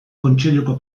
kontseiluko